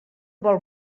vol